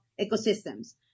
ecosystems